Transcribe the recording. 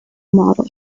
model